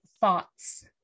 thoughts